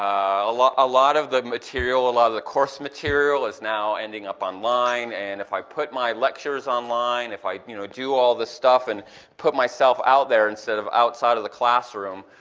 ah a lot of the material, a lot of the course material is now ending up online, and if i put my lectures online, if i you know do all this stuff and put myself out there instead of outside of the classroom,